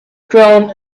clown